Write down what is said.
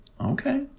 Okay